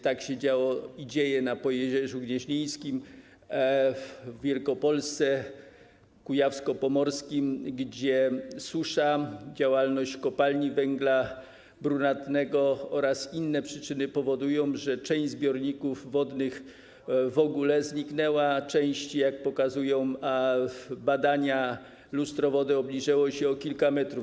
Tak się działo i dzieje na Pojezierzu Gnieźnieńskim w Wielkopolsce, w Kujawsko-Pomorskim, gdzie susza, działalność kopalni węgla brunatnego oraz inne przyczyny powodują, że część zbiorników wodnych w ogóle zniknęła, a w części, jak pokazują badania, lustro wody obniżyło się o kilka metrów.